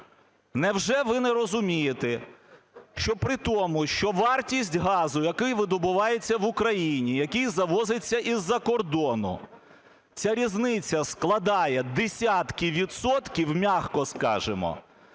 Невже ви не розумієте, що при тому, що вартість газу, який видобувається в Україні, який завозиться із-за кордону, ця різниця складає десятки відсотків, м'яко скажемо?